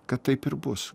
kad taip ir bus